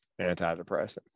antidepressant